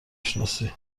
شناسی